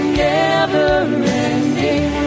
never-ending